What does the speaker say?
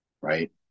right